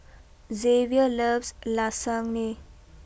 Zavier loves Lasagne